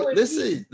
listen